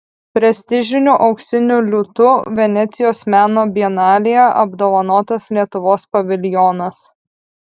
prestižiniu auksiniu liūtu venecijos meno bienalėje apdovanotas lietuvos paviljonas